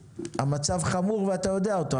המצב חמור ואתה יודע אותו,